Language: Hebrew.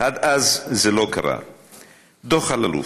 דוח אלאלוף.